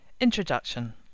Introduction